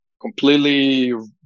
completely